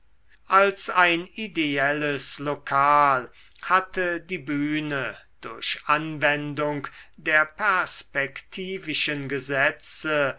als ein ideelles lokal hatte die bühne durch anwendung der perspektivischen gesetze